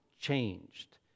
changed